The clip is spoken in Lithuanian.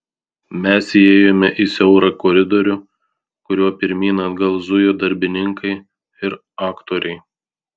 mes įėjome į siaurą koridorių kuriuo pirmyn atgal zujo darbininkai ir aktoriai